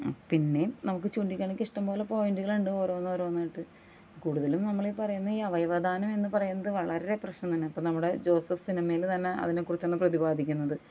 പിന്നെ നമുക്ക് ചൂണ്ടി കാണിക്കാൻ ഇഷ്ടം പോലെ പോയൻ്റുകളുണ്ട് ഓരോന്ന് ഓരോന്നായിട്ട് കൂടുതലും നമ്മൾ ഈ പറയുന്ന ഈ അവയവദാനമെന്ന് പറയുന്നത് വളരെ പ്രശ്നം തന്നെ ഇപ്പം നമ്മുടെ ജോസഫ്സ് സിനിമയിൽ തന്നെ അതിനെക്കുറിച്ചാണ് പ്രതിപാദിക്കുന്നത്